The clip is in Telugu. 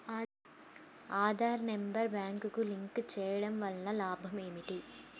ఆధార్ నెంబర్ బ్యాంక్నకు లింక్ చేయుటవల్ల లాభం ఏమిటి?